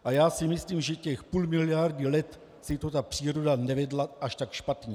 A já si myslím, že těch půl miliardy let si ta příroda nevedla až tak špatně.